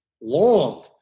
long